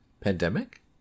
pandemic